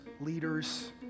leaders